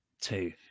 Two